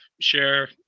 share